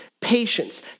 patience